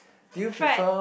fried